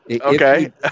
Okay